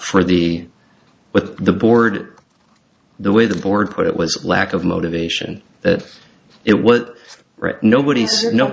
for the with the board the way the board put it was lack of motivation that it what nobody